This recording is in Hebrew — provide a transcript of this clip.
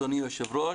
אדוני היושב-ראש,